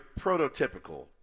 prototypical